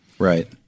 Right